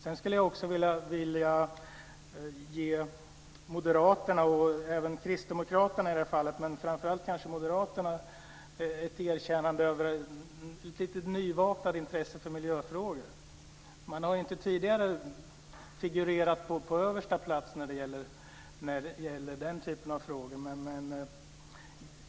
Jag skulle också vilja ge framför allt Moderaterna men även Kristdemokraterna ett erkännande för ett nyvaknat intresse för miljöfrågor. Man har inte tidigare figurerat på översta plats när det gäller den typen av frågor.